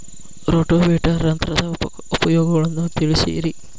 rotavator ಯಂತ್ರದ ಉಪಯೋಗಗಳನ್ನ ತಿಳಿಸಿರಿ